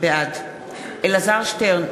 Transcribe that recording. בעד אלעזר שטרן,